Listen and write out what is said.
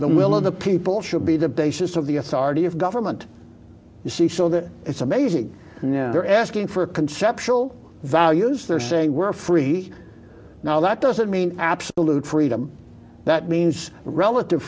the will of the people should be the basis of the authority of government you see so that it's amazing now they're asking for conceptual values they're saying we're free now that doesn't mean absolute freedom that means relative